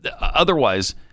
Otherwise